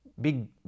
Big